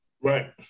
Right